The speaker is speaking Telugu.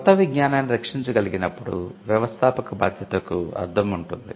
కొత్త విజ్ఞానాన్ని రక్షించగలిగినప్పుడు వ్యవస్థాపక బాధ్యతకు అర్ధo ఉంటుంది